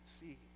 see